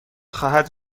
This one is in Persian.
خواهد